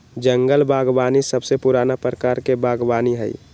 जंगल बागवानी सबसे पुराना प्रकार के बागवानी हई